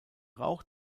rauch